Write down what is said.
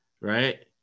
right